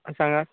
आं सांगात